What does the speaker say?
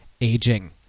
aging